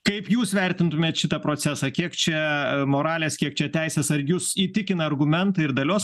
kaip jūs vertintumėt šitą procesą kiek čia moralės kiek čia teisės ar jus įtikina argumentai ir dalios